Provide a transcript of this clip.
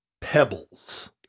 pebbles